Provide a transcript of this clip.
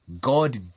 God